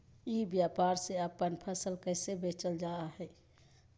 ई व्यापार से अपन फसल कैसे बेचल जा हाय?